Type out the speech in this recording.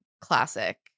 classic